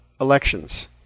elections